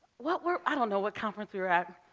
what we're. i don't know what conference we were at.